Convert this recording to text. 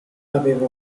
aveva